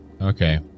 Okay